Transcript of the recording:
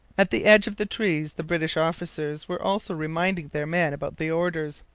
at the edge of the trees the british officers were also reminding their men about the orders.